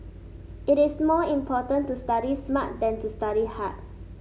it is more important to study smart than to study hard